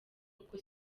kuko